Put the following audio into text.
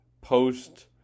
post